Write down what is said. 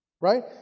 Right